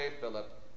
Philip